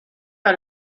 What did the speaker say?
par